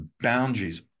boundaries